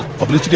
problem,